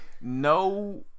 no